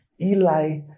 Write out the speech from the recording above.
Eli